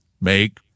make